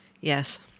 Yes